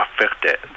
affected